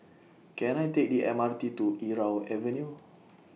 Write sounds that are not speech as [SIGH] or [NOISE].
Can I Take The M R T to Irau Avenue [NOISE]